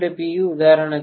u உதாரணத்திற்கு